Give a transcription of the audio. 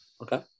Okay